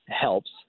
helps